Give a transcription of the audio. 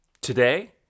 Today